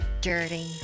dirty